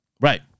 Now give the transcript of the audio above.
Right